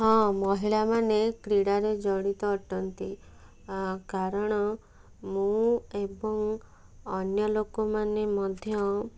ହଁ ମହିଳା ମାନେ କ୍ରୀଡ଼ାରେ ଜଡ଼ିତ ଅଟନ୍ତି କାରଣ ମୁଁ ଏବଂ ଅନ୍ୟ ଲୋକମାନେ ମଧ୍ୟ